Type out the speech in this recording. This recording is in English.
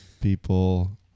people